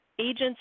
agents